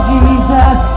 Jesus